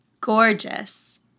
gorgeous